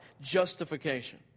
justification